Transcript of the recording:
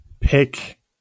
pick